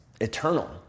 eternal